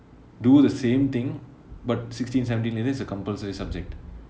do the same thing but sixteen seventeen it is a compulsory subject